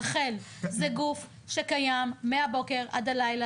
רח"ל זה גוף שקיים מהבוקר עד הלילה,